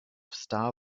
star